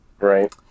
Right